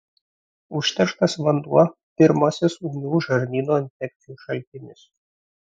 užterštas vanduo pirmasis ūmių žarnyno infekcijų šaltinis